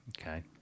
Okay